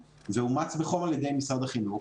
מקומי ואומץ בחום על ידי משרד החינוך,